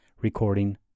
Recording